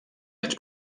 anys